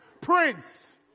Prince